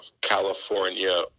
California